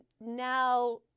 now